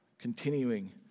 continuing